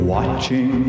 Watching